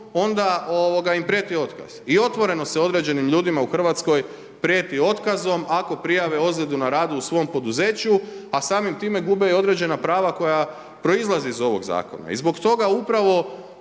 onda im prijeti otkaz. I otvoreno se određenim ljudima u Hrvatskoj prijeti otkazom ako prijave ozljedu na radu u svom poduzeću, a samim time gube i određena prava koja proizlaze iz ovog zakona. I zbog toga, upravo